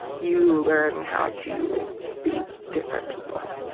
you learn how to be different people.